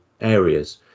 areas